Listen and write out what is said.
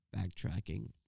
backtracking